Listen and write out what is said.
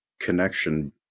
connection